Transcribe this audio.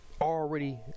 already